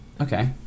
Okay